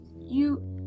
you-